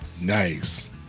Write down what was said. Nice